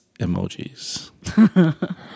emojis